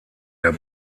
der